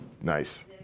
Nice